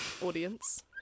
audience